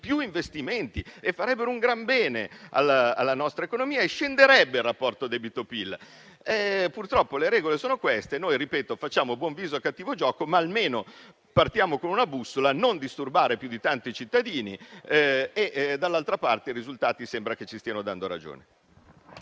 più investimenti, che farebbero un gran bene alla nostra economia, e scenderebbe il rapporto debito-PIL. Purtroppo, le regole sono queste. Ripeto che noi facciamo buon viso a cattivo gioco, ma almeno partiamo con una bussola: non disturbare più di tanto i cittadini. D'altra parte, i risultati sembra ci stiano dando ragione.